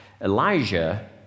Elijah